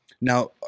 Now